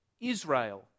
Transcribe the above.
Israel